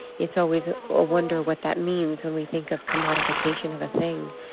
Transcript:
it's always a wonder what that means when we think of commodification of a thing.